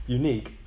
unique